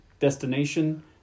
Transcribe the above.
destination